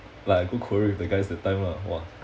like I go korea with the guys that time lah !wah!